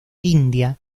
india